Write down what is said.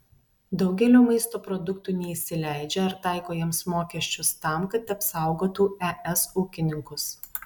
daugelio maisto produktų neįsileidžia ar taiko jiems mokesčius tam kad apsaugotų es ūkininkus